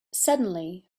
suddenly